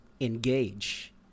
engage